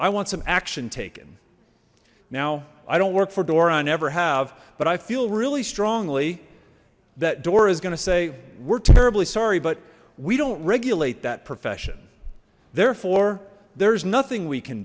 i want some action taken now i don't work for dora i never have but i feel really strongly that door is gonna say we're terribly sorry but we don't regulate that profession therefore there's nothing we can